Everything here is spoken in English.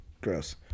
Gross